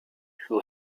who